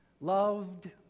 loved